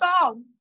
song